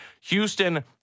Houston